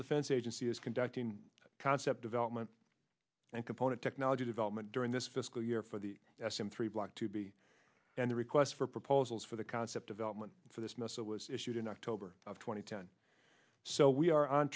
defense agency is conducting concept development and component technology development during this fiscal year for the s m three block to be and the request for proposals for the concept of element for this missile was issued in october of two thousand and ten so we are on